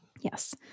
Yes